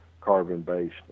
carbon-based